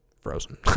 Frozen